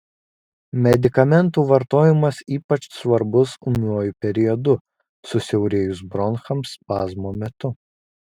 medikamentų vartojimas ypač svarbus ūmiuoju periodu susiaurėjus bronchams spazmo metu